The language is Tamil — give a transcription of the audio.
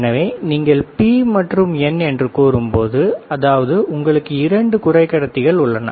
எனவே நீங்கள் பி மற்றும் என் என்று கூறும்போது அதாவது உங்களுக்கு இரண்டு குறைக்கடத்திகள் உள்ளன